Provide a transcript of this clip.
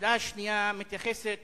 השאלה השנייה מתייחסת